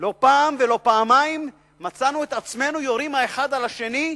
לא פעם ולא פעמיים מצאנו את עצמנו יורים אחד על השני,